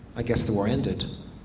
i guess the war ended.